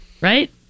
right